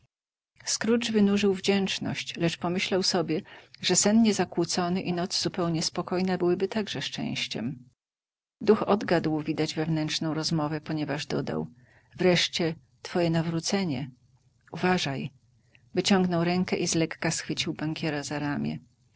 widmo scrooge wynurzył wdzięczność lecz pomyślał sobie że sen niezakłócony i noc zupełnie spokojna byłyby także szczęściem duch odgadł widać wewnętrzną rozmowę ponieważ dodał wreszcie twoje nawrócenie uważaj wyciągnął rękę i zlekka schwycił bankiera za ramię